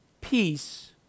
peace